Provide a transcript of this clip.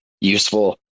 useful